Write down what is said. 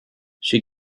she